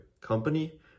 company